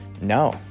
no